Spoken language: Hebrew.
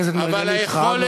אבל היכולת שלה,